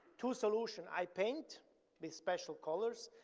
two solution. i paint with special colors.